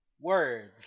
words